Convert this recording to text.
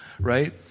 right